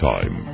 Time